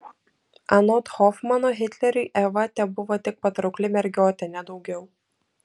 anot hofmano hitleriui eva tebuvo tik patraukli mergiotė ne daugiau